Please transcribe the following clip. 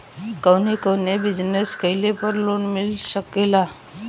कवने कवने बिजनेस कइले पर लोन मिल सकेला?